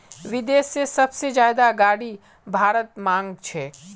विदेश से सबसे ज्यादा गाडी भारत मंगा छे